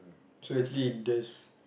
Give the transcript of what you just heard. so actually there's